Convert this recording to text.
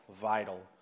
vital